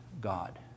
God